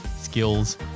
skills